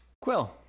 Quill